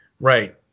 Right